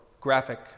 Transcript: graphic